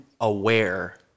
aware